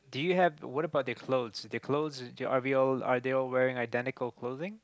do you have what about the clothes the clothes are we all are they all wearing identical clothing